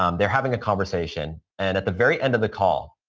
um they're having a conversation, and at the very end of the call,